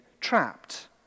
trapped